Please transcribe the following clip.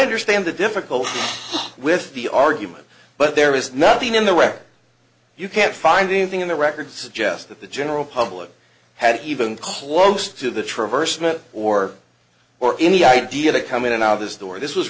understand the difficulty with the argument but there is nothing in the record you can't find anything in the record suggest that the general public had even close to the traverse myth or or any idea to come in and out as they were this was